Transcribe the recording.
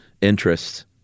interests